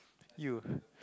you